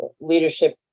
leadership